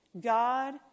God